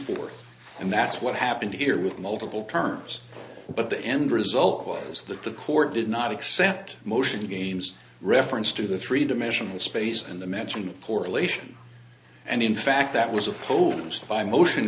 forth and that's what happened here with multiple terms but the end result was that the court did not accept motion games reference to the three dimensional space and the mentioned correlation and in fact that was opposed by motion